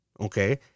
Okay